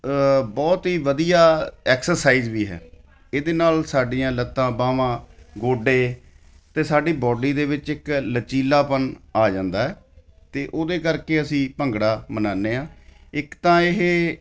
ਬਹੁਤ ਹੀ ਵਧੀਆ ਐਕਸਰਸਾਈਜ਼ ਵੀ ਹੈ ਇਹਦੇ ਨਾਲ ਸਾਡੀਆਂ ਲੱਤਾਂ ਬਾਹਵਾਂ ਗੋਡੇ ਅਤੇ ਸਾਡੀ ਬਾਡੀ ਦੇ ਵਿੱਚ ਇੱਕ ਲਚਕੀਲਾਪਨ ਆ ਜਾਂਦਾ ਹੈ ਤਾਂ ਉਹਦੇ ਕਰਕੇ ਅਸੀਂ ਭੰਗੜਾ ਮਨਾਉਣੇ ਹਾਂ ਇੱਕ ਤਾਂ ਇਹ